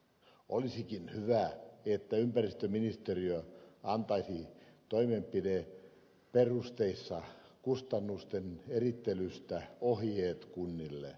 olisikin hyvä että ympäristöministeriö antaisi toimenpideperusteissa kustannusten erittelystä ohjeet kunnille